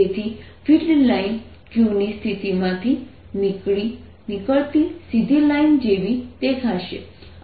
તેથી field line q ની સ્થિતિમાંથી નીકળતી સીધી લાઇન જેવી દેખાશે